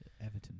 everton